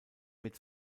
mit